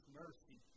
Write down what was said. mercy